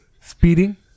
speeding